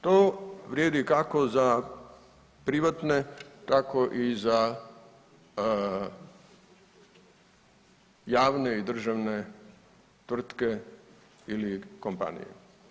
To vrijedi kako za privatne tako i za javne i državne tvrtke ili kompanije.